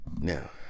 Now